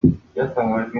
byatangajwe